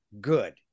good